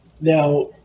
Now